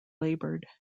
laboured